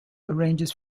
arranges